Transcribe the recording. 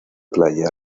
playa